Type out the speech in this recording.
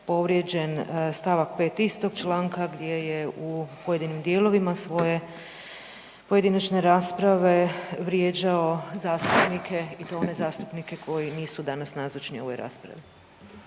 povrijeđen st. 5. istog članka gdje je u pojedinim dijelovima svoje pojedinačne rasprave vrijeđao zastupnike i to one zastupnike koji nisu danas nazočni ovoj raspravi.